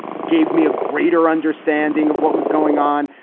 gave me a greater understanding of what was going on.